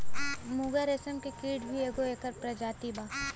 मूंगा रेशम के कीट भी एगो एकर प्रजाति बा